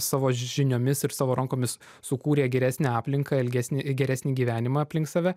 savo žiniomis ir savo rankomis sukūrė geresnę aplinką ilgesnį i geresnį gyvenimą aplink save